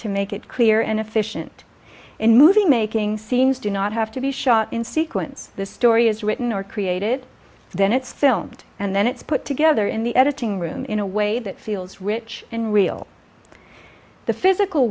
to make it clear and efficient in moving making scenes do not have to be shot in sequence the story is written or created then it's filmed and then it's put together in the editing room in a way that feels rich in real the physical